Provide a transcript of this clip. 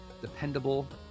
dependable